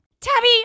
Tabby